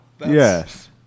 Yes